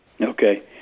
Okay